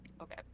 Okay